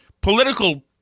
political